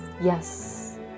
yes